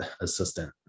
assistant